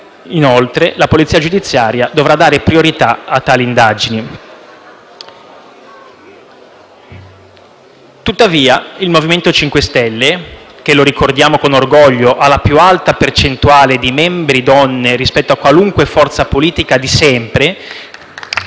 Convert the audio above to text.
Inoltre, la polizia giudiziaria dovrà dare priorità alle relative indagini. Tuttavia, il MoVimento 5 Stelle, che - lo ricordiamo con orgoglio - ha la più alta percentuale di membri donne rispetto a qualunque forza politica di sempre